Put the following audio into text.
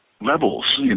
levels